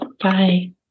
Bye